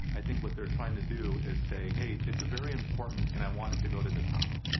i think what they're tryin' to do is say, hey, it's a very important, and i want it to go to the top,